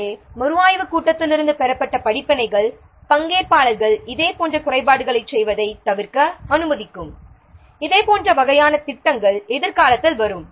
எனவே மறுஆய்வுக் கூட்டத்தில் இருந்து பெறப்பட்ட படிப்பினைகள் பங்கேற்பாளர்கள் இதேபோன்ற குறைபாடுகளைச் செய்வதைத் தவிர்க்க அனுமதிக்கும் இதேபோன்ற வகையான திட்டங்கள் எதிர்காலத்தில் வரும்